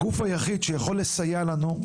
הגוף היחיד שיכול לסייע לנו,